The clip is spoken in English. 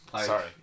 Sorry